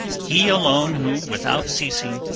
he alone who, without ceasing,